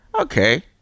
okay